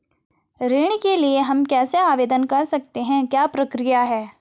ऋण के लिए हम कैसे आवेदन कर सकते हैं क्या प्रक्रिया है?